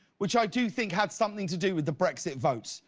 which i do think have something to do with the brexit vote,